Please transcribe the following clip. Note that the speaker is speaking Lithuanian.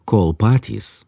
kol patys